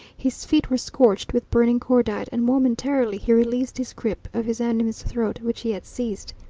his feet were scorched with burning cordite, and momentarily he released his grip of his enemy's throat, which he had seized.